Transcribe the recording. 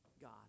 God